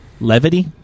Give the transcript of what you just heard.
Levity